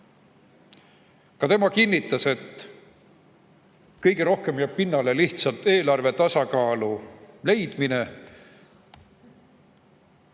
Ka tema kinnitas, et kõige rohkem jääb pinnale lihtsalt eelarve tasakaalu leidmine.